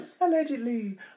Allegedly